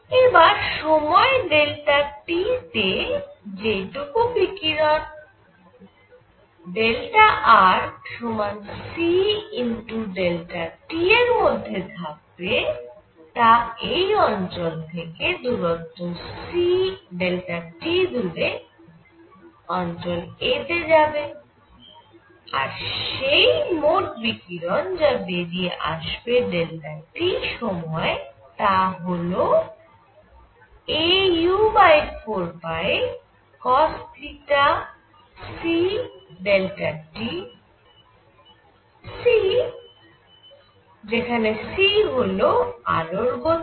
এবার সময় t তে যে টুকু বিকিরণ r cΔt এর মধ্যে থাকবে তা এই অঞ্চল থেকে দূরত্ব c t দূরে অঞ্চল a তে যাবে আর সেই মোট বিকিরণ যা বেরিয়ে আসবে t সময়ে তা হল au4πcosθcΔt c যেখানে c হল আলোর গতি